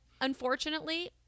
Unfortunately